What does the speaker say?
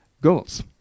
goals